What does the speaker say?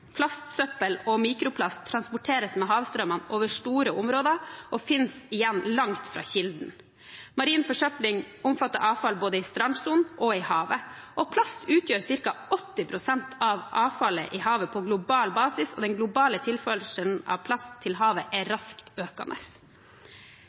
Plastsøppel og mikroplast transporteres med havstrømmene over store områder og finnes igjen langt fra kilden. Marin forsøpling omfatter avfall både i strandsonen og i havet. Plast utgjør ca. 80 pst. av avfallet i havet på global basis, og den globale tilførselen av plast til havet er